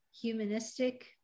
humanistic